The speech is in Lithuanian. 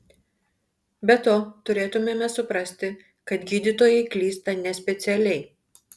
be to turėtumėme suprasti kad gydytojai klysta nespecialiai